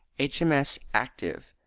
h m s. active,